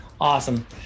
Awesome